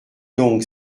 donc